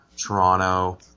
Toronto